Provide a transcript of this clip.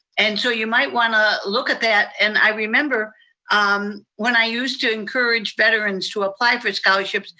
and so you might want to look at that. and i remember um when i used to encourage veterans to apply for scholarships,